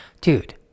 Dude